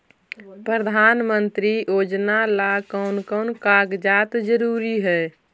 प्रधानमंत्री योजना ला कोन कोन कागजात जरूरी है?